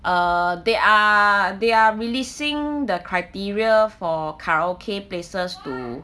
uh they are they are releasing the criteria for karaoke places to